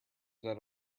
that